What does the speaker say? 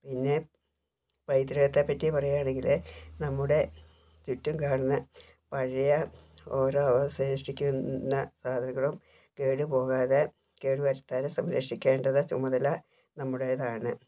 പിന്നെ പൈതൃകത്തെ പറ്റി പറയുവാണെങ്കിൽ നമ്മുടെ ചുറ്റും കാണുന്ന പഴയ ഓരോ അവശേഷിക്കുന്ന കാര്യങ്ങളും തേടി പോകാതെ കേടുവരുത്താതെ സംരക്ഷിക്കേണ്ടത് ചുമതല നമ്മുടേതാണ്